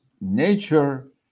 nature